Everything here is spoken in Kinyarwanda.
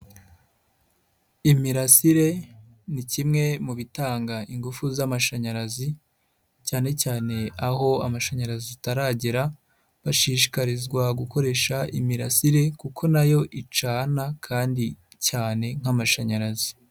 Imirasire ni kimwe mu bitanga ingufu z'amashanyarazi cyane cyane aho amashanyarazi ataragera bashishikarizwa gukoresha imirasire kuko na yo icana kandi cyane nk'amashanyarazi.